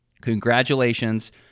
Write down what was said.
congratulations